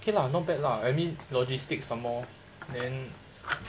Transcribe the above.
okay lah not bad lah I mean logistics some more then